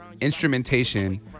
instrumentation